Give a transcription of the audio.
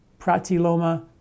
pratiloma